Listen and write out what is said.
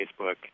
Facebook